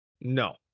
No